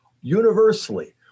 universally